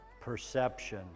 perception